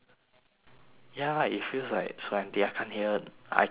ya it feels like so empty I can't hear I can't hear nothing